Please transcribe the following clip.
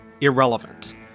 irrelevant